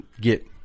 get